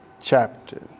chapter